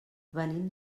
venim